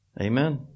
Amen